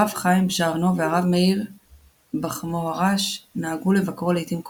הרב חיים בז'רנו והרב מאיר בכמוהר"ש נהגו לבקרו לעיתים קרובות,